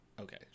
okay